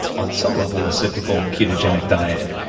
on some level a cyclical ketogenic diet.